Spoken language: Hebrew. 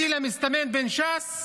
הדיל המסתמן בין ש"ס